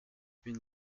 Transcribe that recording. une